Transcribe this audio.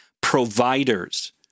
providers